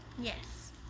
Yes